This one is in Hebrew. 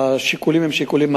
ביטחוניים?